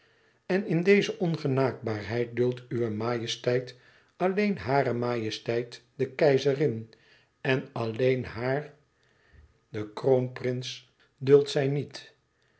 en in deze ongenaakbaarheid duldt uwe majesteit alleen hare majesteit de keizerin en alleen haar den kroonprins duldt zij niet